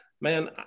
man